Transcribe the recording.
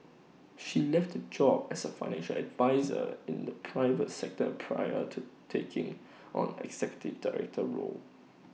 she left her job as A financial adviser in the private sector prior to taking on executive director role